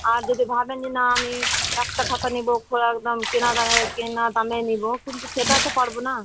আর যদি ভাবেন যে না আমি একটা খাতা নেবো খোলার দাম কেনা দামে কেনা দামে নেবো কিন্তু সেটা তো পারবো না